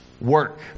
Work